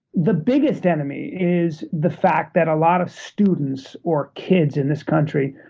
the biggest enemy is the fact that a lot of students, or kids in this country,